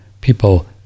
People